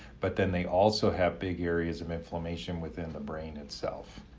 but then they also have big areas of inflammation within the brain itself.